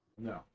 No